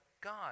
God